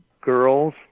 girls